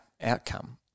outcome